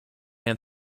and